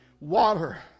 Water